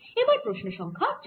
এরপর প্রশ্ন সংখ্যা চার